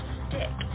stick